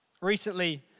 Recently